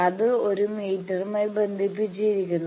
അത് ഒരു മീറ്ററുമായി ബന്ധിപ്പിച്ചിരിക്കുന്നു